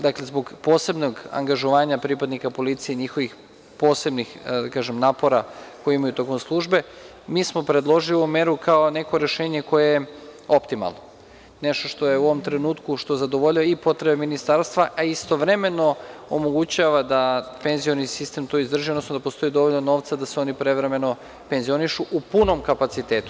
Dakle, zbog posebnog angažovanja pripadnika policije i njihovih posebnih napora koje imaju tokom službe, mi smo predložili ovu meru kao neko rešenje koje je optimalno, nešto što u ovom trenutku zadovoljava i potrebe Ministarstva, a istovremeno omogućava da penzioni sistem to izdrži, odnosno da postoji dovoljno novca da se oni prevremeno penzionišu u punom kapacitetu.